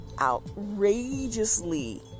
outrageously